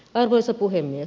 arvoisa puhemies